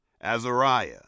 Azariah